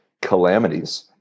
calamities